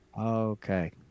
Okay